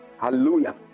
Hallelujah